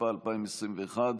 תשפ"א 2021,